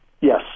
Yes